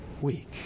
Week